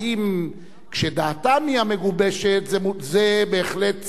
האם כשדעתם היא המגובשת זה בהחלט ציבורי,